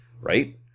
right